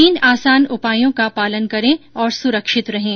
तीन आसान उपायों का पालन करें और सुरक्षित रहें